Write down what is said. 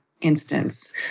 instance